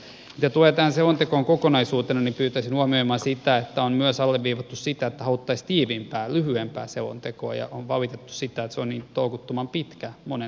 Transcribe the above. mitä tulee tähän selontekoon kokonaisuutena niin pyytäisiin huomioimaan sitä että on myös alleviivattu sitä että haluttaisiin tiiviimpää lyhyempää selontekoa ja on valitettu sitä että se on niin tolkuttoman pitkä monen mielestä